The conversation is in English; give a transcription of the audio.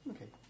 Okay